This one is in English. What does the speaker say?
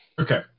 Okay